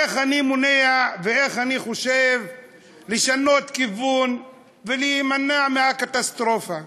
איך אני מונע ואיך אני חושב לשנות כיוון ולהימנע מהקטסטרופה?